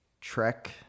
trek